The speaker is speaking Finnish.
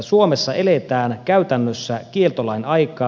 suomessa eletään käytännössä kieltolain aikaa